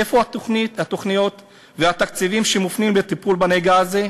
איפה התוכניות והתקציבים שמופנים לטיפול בנגע הזה?